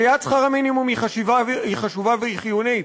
עליית שכר המינימום היא חשובה והיא חיונית,